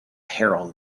herald